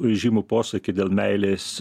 įžymų posakį dėl meilės